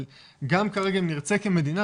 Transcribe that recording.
אבל גם כרגע אם נרצה כמדינה,